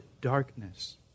darkness